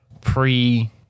pre-